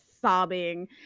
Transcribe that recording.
sobbing